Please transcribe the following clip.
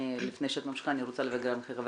לפני שאת ממשיכה אני רוצה לברך את חבר